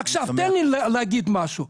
עכשיו, תן לי להגיד משהו.